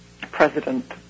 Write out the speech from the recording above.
president